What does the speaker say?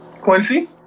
Quincy